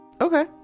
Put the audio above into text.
Okay